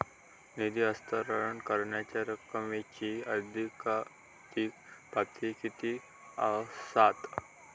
निधी हस्तांतरण करण्यांच्या रकमेची अधिकाधिक पातळी किती असात?